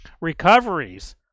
Recoveries